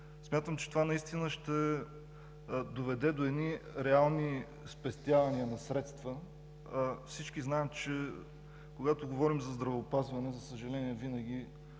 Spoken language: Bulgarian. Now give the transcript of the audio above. Смятам, че това ще доведе до реални спестявания на средства. Всички знаем, че когато говорим за здравеопазване, за съжаление, винаги